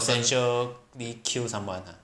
potentially kill someone ah